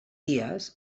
dies